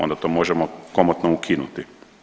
Onda to možemo komotno ukinuti.